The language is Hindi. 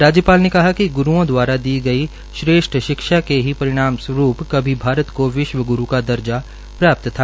राज्यपाल ने कहा कि ग्रूओं दवारा दी गई श्रेष्ठ शिक्षा के ही परिणामस्वरूप कभी भारत को विश्वग्रु का दर्जा प्राप्त था